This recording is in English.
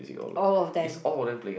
all of them